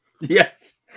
Yes